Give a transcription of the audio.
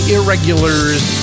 Irregulars